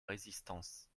résistance